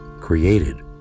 created